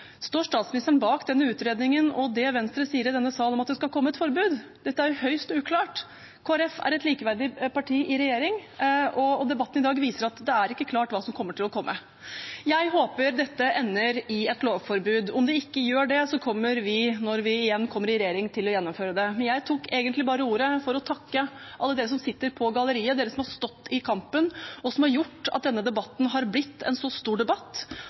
Står statsministeren bak denne utredningen og det Venstre sier i denne sal om at det skal komme et forbud? Det er høyst uklart. Kristelig Folkeparti er et likeverdig parti i regjeringen, og debatten i dag viser at det ikke er klart hva som kommer til å komme. Jeg håper dette ender i et lovforbud. Om det ikke gjør det, kommer vi – når vi igjen kommer i regjering – til å gjennomføre det. Jeg tok egentlig bare ordet for å takke alle dere som sitter på galleriet, dere som har stått i kampen, og som har gjort at denne debatten har blitt en så stor debatt.